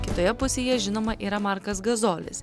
kitoje pusėje žinoma yra markas gazolis